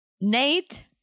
Nate